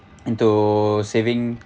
into saving